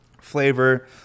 flavor